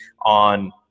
on –